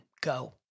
Go